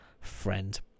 friend